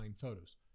photos